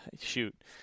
shoot